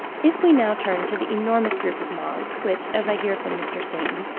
if we now turn to the enormous group of moths, which, as i hear from mr. stainton,